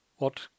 What